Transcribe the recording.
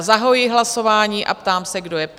Zahajuji hlasování a ptám se, kdo je pro?